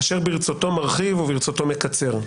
אשר ברצותו מרחיב וברצותו מקצר.